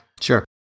Sure